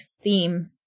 theme